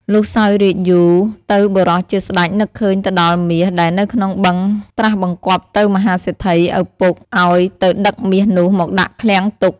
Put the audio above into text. លុះសោយរាជ្យយូរ ទៅបុរសជាស្តេចនឹកឃើញទៅដល់មាស ដែលនៅក្នុងបឹងត្រាស់បង្គាប់ទៅមហាសេដ្ឋី ឪពុកអោយទៅដឹកមាសនោះមកដាក់ឃ្លាំងទុក ។